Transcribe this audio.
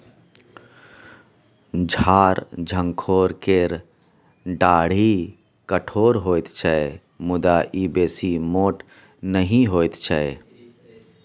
झार झंखोर केर डाढ़ि कठोर होइत छै मुदा ई बेसी मोट नहि होइत छै